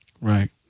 right